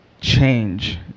change